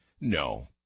No